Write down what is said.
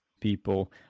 people